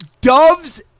doves